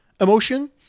emotion